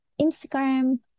instagram